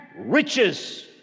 riches